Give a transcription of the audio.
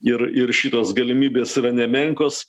ir ir šitos galimybės yra nemenkos